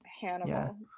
Hannibal